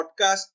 podcast